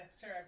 sure